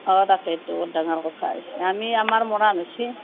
অঁ তাকেইটো ডাঙাৰ কথা হৈছে আমি আমাৰ মৰাণ হৈছি